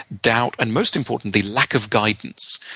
doubt, and most importantly, lack of guidance.